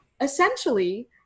essentially